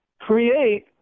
create